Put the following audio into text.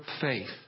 faith